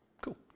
Cool